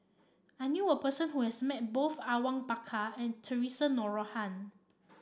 I knew a person who has met both Awang Bakar and Theresa Noronha